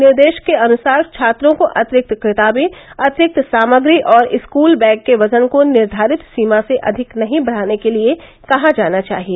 निर्देश के अनुसार छात्रों को अतिरिक्त किताबें अतिरिक्त सामग्री और स्कूल बैग के वजन को निर्धारित सीमा से अधिक नहीं बढ़ाने के लिए कहा जाना चाहिए